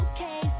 Okay